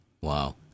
Wow